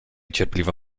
cierpliwa